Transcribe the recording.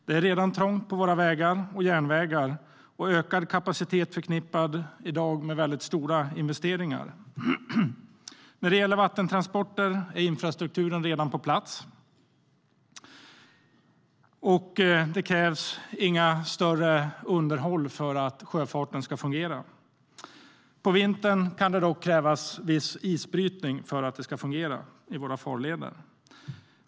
Det är redan trångt på våra vägar och järnvägar, och ökad kapacitet är i dag förknippad med väldigt stora investeringar. När det gäller vattentransporter är infrastrukturen redan på plats. Och det krävs inga större underhåll för att sjöfarten ska fungera. På vintern kan det dock krävas viss isbrytning för att det ska fungera i våra farleder.